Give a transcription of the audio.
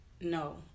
no